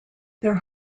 their